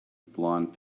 blond